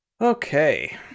Okay